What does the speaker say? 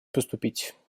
поступить